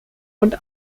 und